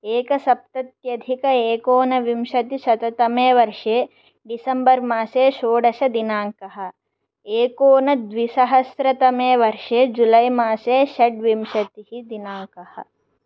एकसप्तत्यधिक एकोनविंशतिशततमे वर्षे दिसम्बर्मासे षोडशदिनाङ्कः एकोनद्विसहस्रतमे वर्षे जुलैमासे षड्विंशतिदिनाङ्कः